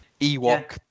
Ewok